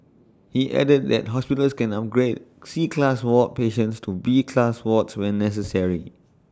he added that hospitals can upgrade C class ward patients to B class wards when necessary